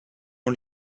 ont